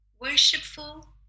worshipful